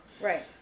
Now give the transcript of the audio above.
Right